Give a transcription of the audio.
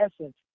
essence